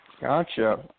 Gotcha